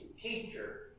teacher